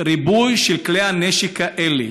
הריבוי של כלי הנשק האלה,